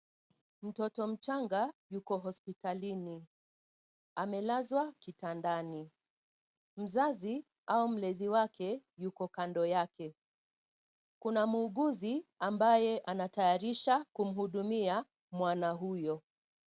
Mtoto mchanga yuko hospitalini. Amelazwa kitandani. Mzazi au mlezi wake yuko kando yake. Kuna muuguzi ambaye anatayarisha kumhudumia mwana huyo.